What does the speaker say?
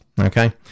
okay